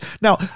Now